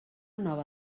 nova